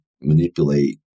manipulate